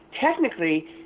technically